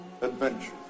adventure